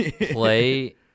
play